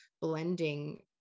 blending